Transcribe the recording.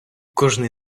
кожний